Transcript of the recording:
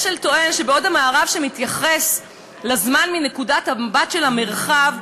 השל טוען שבעוד המערב מתייחס לזמן מנקודת המבט של המרחב,